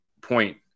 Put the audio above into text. point